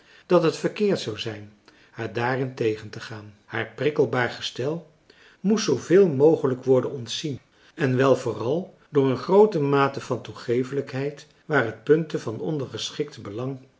dat het verkeerd zou zijn haar daarin tegentegaan haar prikkelbaar gestel moest zooveel mogelijk worden ontzien en wel vooral door een groote mate van toegeeflijkheid waar het punten van ondergeschikt belang